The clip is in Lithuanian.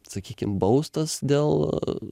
sakykim baustas dėl